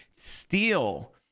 steal